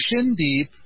shin-deep